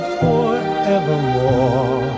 forevermore